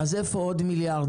אז איפה עוד מיליארד?